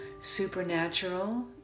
supernatural